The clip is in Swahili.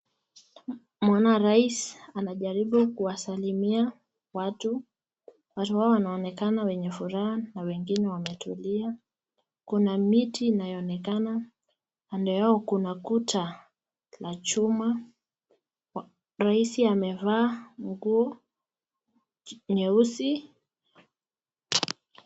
Mwana rais anajaribu kuwasalimia watu, watu Hawa wanaonekana wenye furaha na wengine wametulia Kuna miti inayoonekana kando Yao Kuna Kuta la chuma, Raisi amevaa nguo nyeusi.